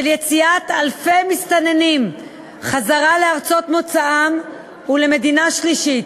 של יציאת אלפי מסתננים חזרה לארצות מוצאם או למדינה שלישית.